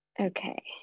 Okay